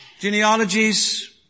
genealogies